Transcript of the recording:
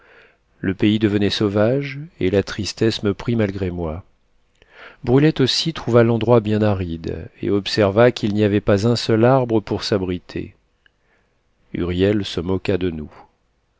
le pays devenait sauvage et la tristesse me prit malgré moi brulette aussi trouva l'endroit bien aride et observa qu'il n'y avait pas un seul arbre pour s'abriter huriel se moqua de nous